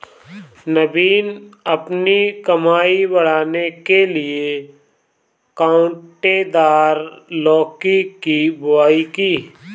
नवीन अपनी कमाई बढ़ाने के लिए कांटेदार लौकी की बुवाई की